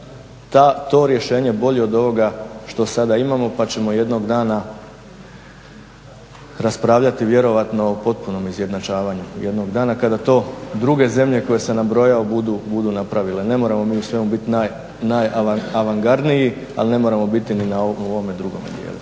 to rješenje bolje od ovoga što sada imamo pa ćemo jednog dana raspravljati vjerojatno o potpunom izjednačavanju jednog dana kada to druge zemlje koje sam nabrojao budu napravile. Ne moramo mi u svemu biti najavangardniji ali ne moramo biti ni na ovome drugome dijelu.